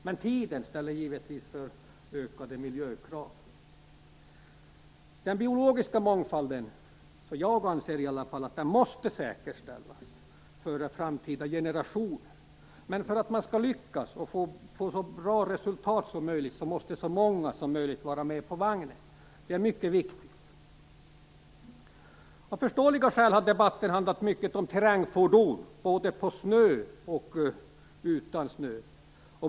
Men tiden talar för ökade miljökrav. Den biologiska mångfalden anser jag i alla fall måste säkerställas för framtida generationer. Men för att man skall lyckas och få så bra resultat som möjligt måste så många som möjligt vara med på vagnen. Det är mycket viktigt. Av förståeliga skäl har debatten handlat mycket om terrängfordon, både på snö och utan snö.